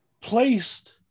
placed